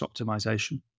optimization